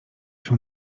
się